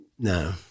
No